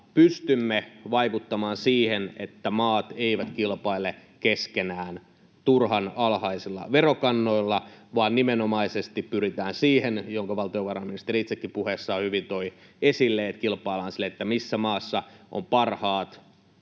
pystymme vaikuttamaan siihen, että maat eivät kilpaile keskenään turhan alhaisilla verokannoilla vaan nimenomaisesti pyritään siihen — minkä valtiovarainministeri itsekin puheessaan hyvin toi esille — että kilpaillaan siinä, missä maassa on parhaat